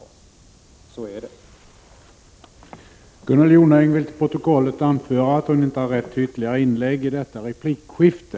Så är det.